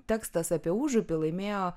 tekstas apie užupį laimėjo